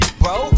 bro